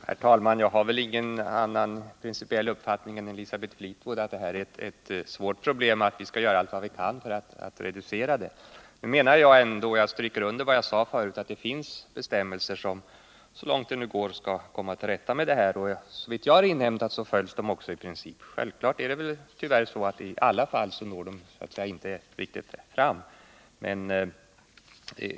Herr talman! Jag har väl ingen annan principiell uppfattning än Elisabeth Fleetwood, att detta är ett svårt problem och att vi skall göra allt vad vi kan för att reducera det. Jag vill ändå understryka att det finns bestämmelser som så långt det går skall komma till rätta med problemen. Dessa bestämmelser följs i princip, men man kommer inte alltid riktigt fram.